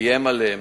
איים עליהם,